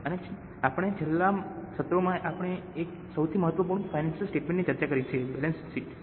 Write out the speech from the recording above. અને આપણાં છેલ્લા સત્રોમાં આપણે એક સૌથી મહત્વપૂર્ણ ફાઇનાન્સિયલ સ્ટેટમેન્ટ ની ચર્ચા કરી છે જે બેલેન્સ શીટ છે